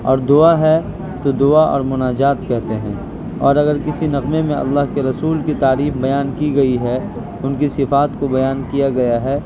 اور دعا ہے تو دعا اور مناجات کہتے ہیں اور اگر کسی نغمے میں اللہ کے رسول کی تعریف بیان کی گئی ہے اور ان کی صفات کو بیان کیا گیا ہے